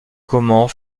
comment